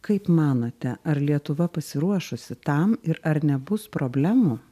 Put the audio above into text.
kaip manote ar lietuva pasiruošusi tam ir ar nebus problemų